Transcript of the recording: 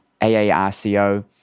AARCO